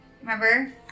Remember